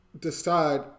decide